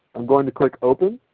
i'm going to click open.